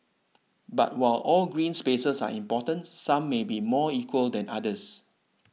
but while all green spaces are important some may be more equal than others